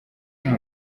nta